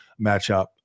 matchup